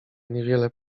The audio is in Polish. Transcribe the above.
niewiele